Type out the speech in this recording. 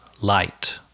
light